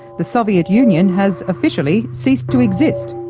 the soviet union has officially ceased to exist.